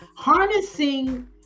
Harnessing